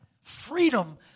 Freedom